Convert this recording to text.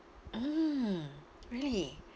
mm really